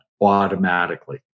automatically